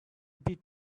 beat